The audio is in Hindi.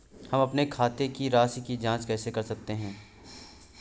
हम अपने खाते की राशि की जाँच कैसे कर सकते हैं?